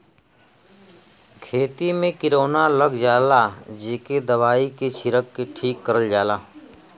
खेती में किरौना लग जाला जेके दवाई के छिरक के ठीक करल जाला